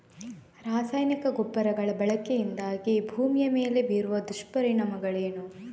ರಾಸಾಯನಿಕ ಗೊಬ್ಬರಗಳ ಬಳಕೆಯಿಂದಾಗಿ ಭೂಮಿಯ ಮೇಲೆ ಬೀರುವ ದುಷ್ಪರಿಣಾಮಗಳೇನು?